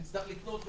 נצטרך לקנות,